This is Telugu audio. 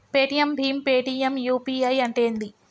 పేటిఎమ్ భీమ్ పేటిఎమ్ యూ.పీ.ఐ అంటే ఏంది?